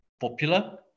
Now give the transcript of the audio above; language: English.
popular